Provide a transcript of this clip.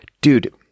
Dude